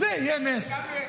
זה יהיה נס.